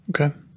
Okay